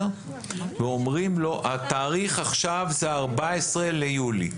אומרים לו, התאריך עכשיו זה 14 ביולי.